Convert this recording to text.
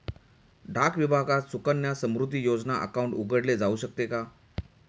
डाक विभागात सुकन्या समृद्धी योजना अकाउंट उघडले जाऊ शकते का?